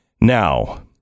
Now